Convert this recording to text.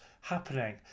happening